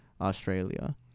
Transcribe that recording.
Australia